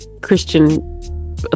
Christian